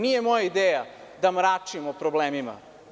Nije moja ideja da mračim o problemima.